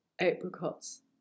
apricots